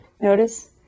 Notice